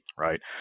right